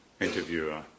interviewer